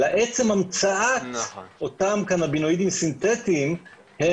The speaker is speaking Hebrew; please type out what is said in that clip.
אלא עצם המצאת אותם קנבינואידים סינתטיים הם